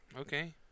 okay